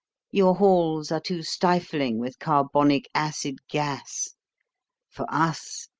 your halls are too stifling with carbonic acid gas for us,